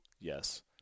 Yes